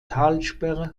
talsperre